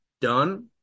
done